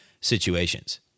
situations